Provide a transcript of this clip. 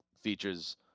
features